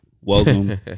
Welcome